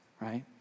right